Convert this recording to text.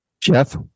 Jeff